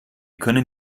können